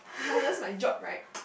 minus my job right